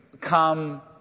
come